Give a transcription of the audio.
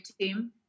team